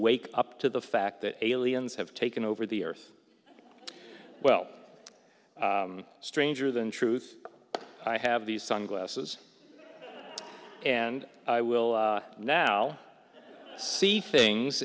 wake up to the fact that aliens have taken over the earth well stranger than truth i have these sunglasses and i will now see things